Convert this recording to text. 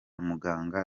muganga